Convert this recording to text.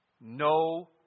no